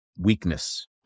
weakness